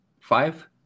five